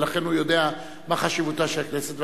ולכן הוא יודע מה חשיבותה של הכנסת.